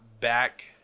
back